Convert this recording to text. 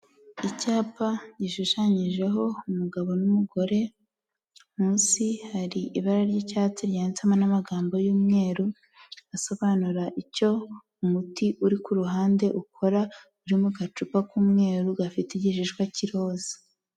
Icyapa gishushanyijeho umugabo n'umugore, munsi hari ibara ry'icyatsi ryanditsemo n'amagambo y'umweru, asobanura icyo umuti uri ku ruhande ukora, uri mu gacupa k'umweru gafite igishishwa k'iroza.